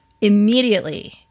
Immediately